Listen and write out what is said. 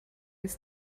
his